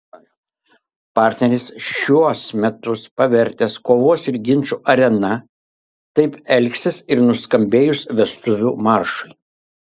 partneris šiuos metus pavertęs kovos ir ginčų arena taip elgsis ir nuskambėjus vestuvių maršui